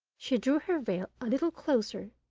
she drew her veil a little closer,